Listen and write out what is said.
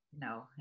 No